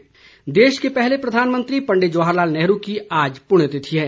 पुण्यतिथि देश के पहले प्रधानमंत्री पंडित जवाहर लाल नेहरू की आज पुण्यतिथि है